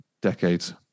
decades